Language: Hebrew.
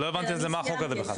אז לא הבנתי למה החוק הזה בכלל.